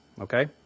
okay